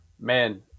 Man